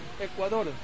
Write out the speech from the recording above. Ecuador